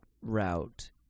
route